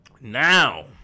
now